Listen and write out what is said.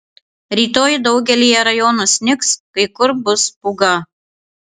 rytoj daugelyje rajonų snigs kai kur bus pūga